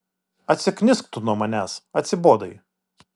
atsiknisk tu nuo manęs atsibodai